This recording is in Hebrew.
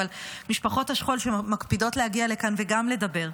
אבל משפחות השכול שמקפידות להגיע לכאן וגם לדבר,